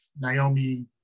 Naomi